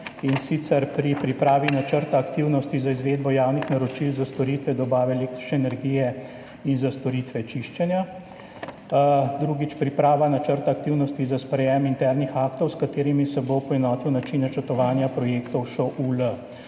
in sicer pri pripravi načrta aktivnosti za izvedbo javnih naročil za storitve dobave električne energije in za storitve čiščenja. Drugič: priprava načrta aktivnosti za sprejetje internih aktov, s katerimi se bo poenotil način načrtovanja projektov ŠOUL.